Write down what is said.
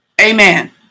Amen